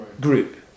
group